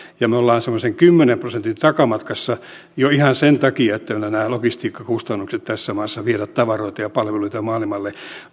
me olemme semmoisen kymmenen prosentin takamatkassa jo ihan sen takia mitä nämä logistiikkakustannukset tässä maassa viedä tavaroita ja palveluita maailmalle